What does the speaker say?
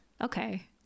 okay